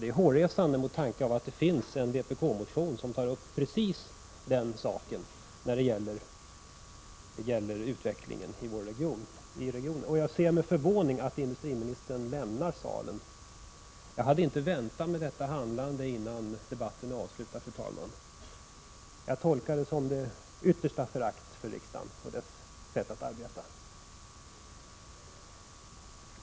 Det är hårresande med tanke på att det föreligger en vpk-motion som tar upp just utvecklingen i denna region. Jag ser med förvåning att industriministern lämnar salen. Jag hade inte väntat mig detta handlande innan debatten är avslutad, fru talman, och jag tolkar det som det yttersta förakt för riksdagen och dess sätt att arbeta.